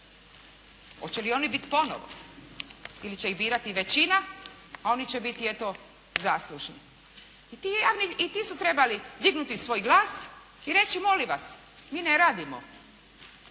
Hoće li oni biti ponovo ili će ih birati većina a oni će biti eto zaslužni? I ti su trebali dignuti svoj glas i reći molim vas, mi ne radimo.